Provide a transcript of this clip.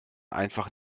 einfach